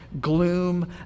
gloom